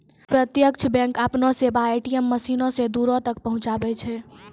प्रत्यक्ष बैंक अपनो सेबा ए.टी.एम मशीनो से दूरो तक पहुचाबै छै